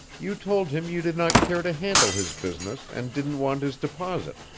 you told him you did not care to handle his business and didn't want his deposit,